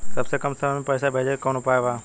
सबसे कम समय मे पैसा भेजे के कौन उपाय बा?